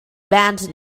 banned